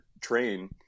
train